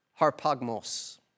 harpagmos